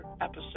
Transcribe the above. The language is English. episode